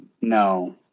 No